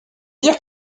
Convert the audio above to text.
dire